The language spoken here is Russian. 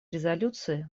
резолюции